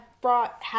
brought